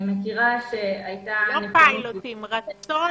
אני מכירה שהייתה --- רצון